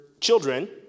children